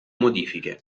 modifiche